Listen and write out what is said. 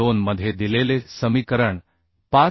2 मध्ये दिलेले समीकरण 5